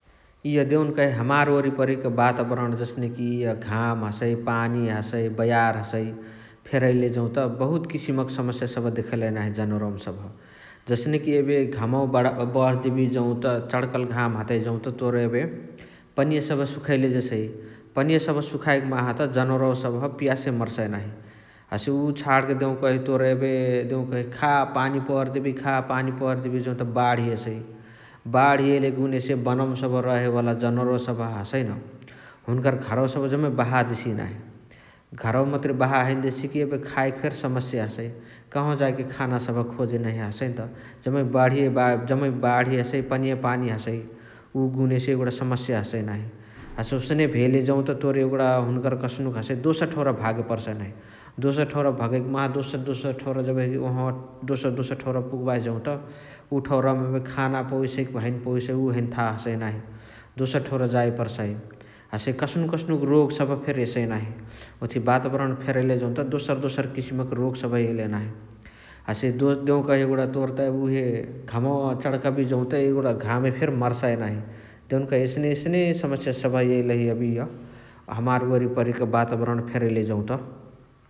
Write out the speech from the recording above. इअ देउनकही हमार ओरि परिक बाताबरण जसने कि इअ हाम हसइ, पानी हसइ, बयार हसइ फेरैले जौत बहुत किसिमक समस्या सबह देखैलही नाही जनोरवमा सबह । जसने कि एबे घमवमा बण्ह देबिय जौत चणकल घाम हतइ जौत तोर एबे उहे पनिया सबह सुखैले जेसइ । पनिया सबह सुखाइकी माहा त जनोरवा सबह पियासे मर्साइ नाही । हसे उअ छाणके देउकही तोर एबे देउकही खा पानी पर देबिहे खा पानी पर देबिहे जौत बाण्ही एसएए । बाण्ही एइले गुनेसे बनवमा सबह रहे वाला जनोरवा सबह हसइ न हुनुकर घरवा सबह जम्मे बहा देसिय नाही । घरवा मतुरे बहा हैने देसिकी खाएके फेरी समस्या हसइ । कहाँवा जाएके खाना सबह खोजे नहिया हसइनत । जम्मै बण्हिए बाण्ही हसइ, पनिए पानी हसइ । उ गुनेसे एगुणा समस्या हसइ नाही । हसे ओसने भेले जौत तोर एगुणा हुनुकर कस्नुक हसइ दोसर ठौरा भागे पर्साऐ नाही । दोसर ठौरा भागअइकी माहा दोसर दोसर ठौरा जेबही ओहावाअ दोसर दोसर ठौरा पुगबाही जौत उ ठौरावमा खाना पवेसइ कि हैने पवेसइ उ हैने थाह हसइ नाही । दोसर ठौरा जाए पर्साऐ । हसे कस्नुक कस्नुक रोग सबह फेरी तेसइ नाही । ओथिया बाताबरण फेरैले जौत दोसर दोसर किसिम क रोग सबह एइलही नाही । हसे तोर देउकही एगुणा तोर त एबे घमवा चणकबिय जौत एगुणा घामे फेरी मर्साइ नाही । देउकही एसने एसनी समस्य सबह एइलही इअ हमार ओरिपरिक बाताबरण फेरैले जौत ।